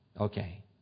okay